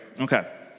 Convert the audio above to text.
Okay